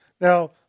Now